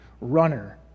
runner